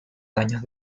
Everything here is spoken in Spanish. daños